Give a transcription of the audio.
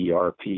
ERP